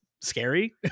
scary